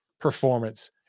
performance